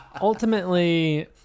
Ultimately